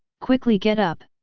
quickly get up,